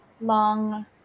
long